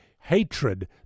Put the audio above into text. hatred